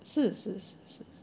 是是是是是